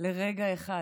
לרגע אחד,